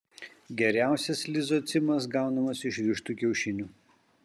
geriausias lizocimas gaunamas iš vištų kiaušinių